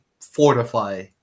fortify